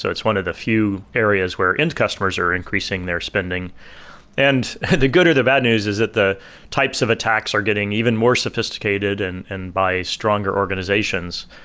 so it's one of the few areas where end-customers are increasing their spending and the good or the bad news is that the types of attacks are getting even more sophisticated and and by stronger organizations,